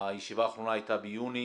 הישיבה האחרונה הייתה ביוני,